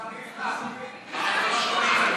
השר ליצמן,